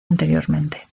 anteriormente